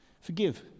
Forgive